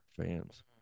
fans